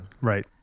Right